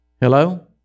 Hello